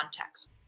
context